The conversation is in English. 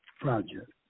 Project